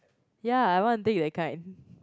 ya I want take that kind